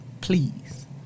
please